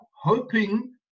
hoping